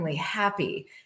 happy